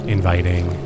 Inviting